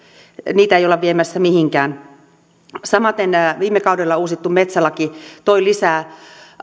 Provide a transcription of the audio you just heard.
niitä ei olla viemässä mihinkään samaten viime kaudella uusittu metsälaki toi lisää